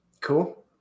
cool